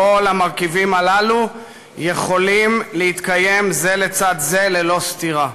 המרכיבים הללו יכולים להתקיים זה לצד זה ללא סתירה.